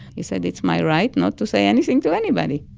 he said, it's my right not to say anything to anybody